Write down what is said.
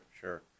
sure